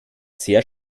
sehr